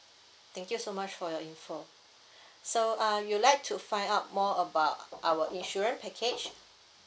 thank you so much for your info so um you'll like to find out more about our insurance package